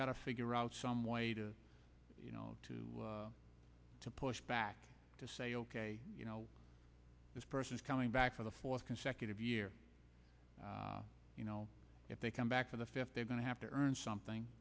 got to figure out some way to you know to to push back to say ok you know this person is coming back for the fourth consecutive year you know if they come back for the fifth they are going to have to earn something